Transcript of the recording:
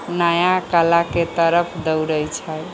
नया कला के तरफ दौड़ै छै